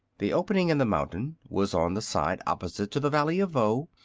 the opening in the mountain was on the side opposite to the valley of voe,